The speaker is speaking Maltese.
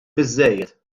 biżżejjed